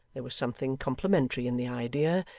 there was something complimentary in the idea.